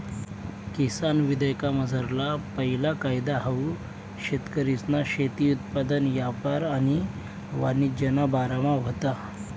किसान विधेयकमझारला पैला कायदा हाऊ शेतकरीसना शेती उत्पादन यापार आणि वाणिज्यना बारामा व्हता